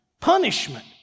punishment